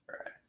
right